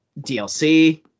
dlc